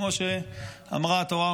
כמו שאמרה התורה,